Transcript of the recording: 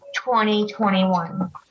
2021